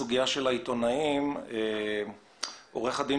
זה דבר שהוא בסמכות הוועדה,